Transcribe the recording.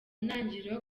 ntangiriro